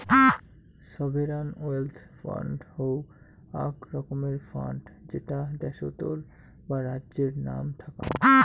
sovereign wealth fund হউ আক রকমের ফান্ড যেটা দ্যাশোতর বা রাজ্যের নাম থ্যাক্যাং